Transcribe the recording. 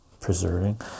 preserving